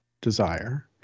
desire